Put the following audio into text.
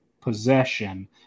possession